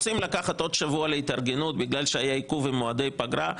רוצים לקחת עוד שבוע להתארגנות בגלל שהיה עיכוב עם מועדי פגרה?